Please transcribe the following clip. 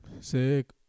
Sick